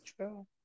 True